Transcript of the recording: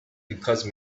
because